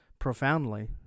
Profoundly